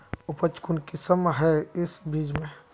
उपज कुंसम है इस बीज में?